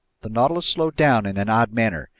the nautilus slowed down in an odd manner,